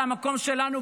זה המקום שלנו,